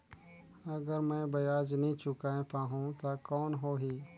अगर मै ब्याज नी चुकाय पाहुं ता कौन हो ही?